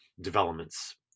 developments